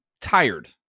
tired